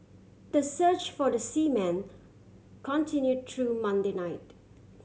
the search for the seamen continue through Monday night